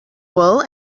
wool